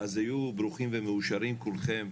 היו ברוכים ומאושרים כולכם.